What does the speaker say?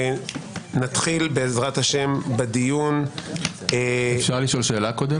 נתחיל בעזרת השם בדיון --- אפשר לשאול שאלה קודם?